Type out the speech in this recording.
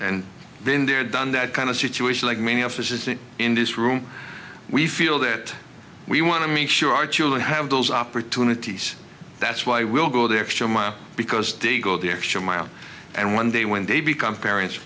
and then there done that kind of situation like many of this is that in this room we feel that we want to make sure our children have those opportunities that's why we'll go the extra mile because they go the extra mile and one day when they become parents